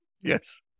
Yes